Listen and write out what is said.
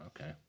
okay